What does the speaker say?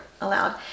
aloud